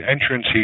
entrance